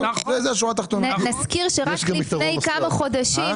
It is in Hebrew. נזכיר שרק לפני כמה חודשים